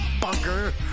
bunker